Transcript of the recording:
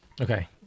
Okay